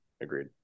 Agreed